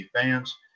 fans